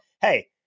hey